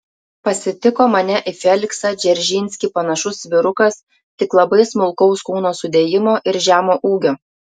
pasitiko mane į feliksą dzeržinskį panašus vyrukas tik labai smulkaus kūno sudėjimo ir žemo ūgio